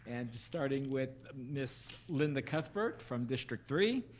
and starting with miss linda cuthbert from district three.